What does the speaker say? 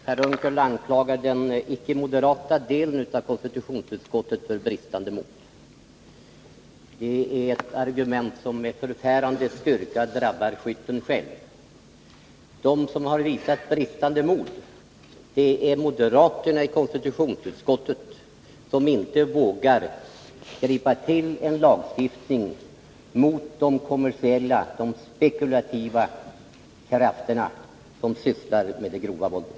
Herr talman! Per Unckel anklagade den icke moderata delen av konstitutionsutskottet för bristande mod. Det är ett argument som med förfärande styrka drabbar honom själv. De som visat bristande mod är moderaterna i konstitutionsutskottet som inte vågar gripa till en lagstiftning mot de kommersiella och spekulativa krafter som sysslar med det grova våldet.